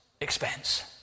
expense